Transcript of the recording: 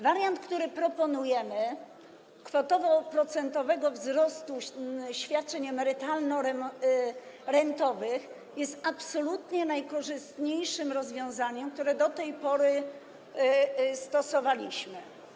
Wariant, który proponujemy, kwotowo-procentowego wzrostu świadczeń emerytalno-rentowych jest absolutnie najkorzystniejszym rozwiązaniem, które do tej pory stosowaliśmy.